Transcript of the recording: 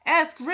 ask